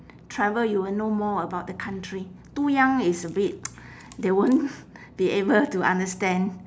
travel you will know more about the country too young is a bit they won't be able to understand